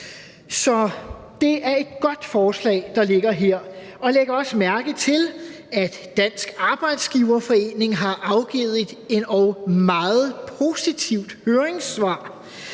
Så det er et godt forslag, der ligger her. Læg også mærke til, at Dansk Arbejdsgiverforening har afgivet et endog meget positivt høringssvar,